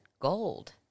Gold